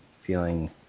feeling